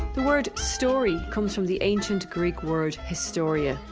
the word storey comes from the ancient greek word, historia,